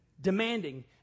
demanding